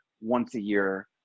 once-a-year